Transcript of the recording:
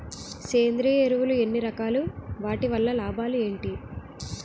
సేంద్రీయ ఎరువులు ఎన్ని రకాలు? వాటి వల్ల లాభాలు ఏంటి?